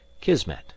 Kismet